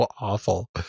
awful